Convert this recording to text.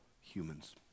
humans